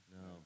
No